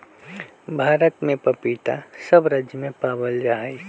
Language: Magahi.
भारत में पपीता सब राज्य में पावल जा हई